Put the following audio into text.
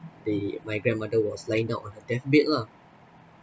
they my grandmother was lying out on her deathbed lah